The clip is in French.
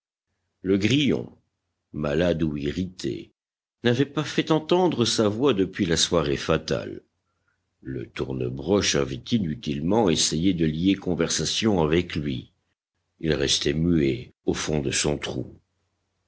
le grillon malade ou irrité n'avait pas fait entendre sa voix depuis la soirée fatale le tourne broche avait inutilement essayé de lier conversation avec lui il restait muet au fond de son trou